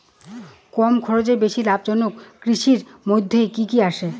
কম খরচে বেশি লাভজনক কৃষির মইধ্যে কি কি আসে?